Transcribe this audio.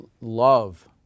love